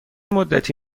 مدتی